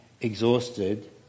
exhausted